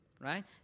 right